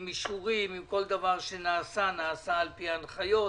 עם אישורים, כל דבר נעשה על פי ההנחיות,